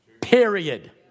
Period